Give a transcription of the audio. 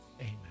amen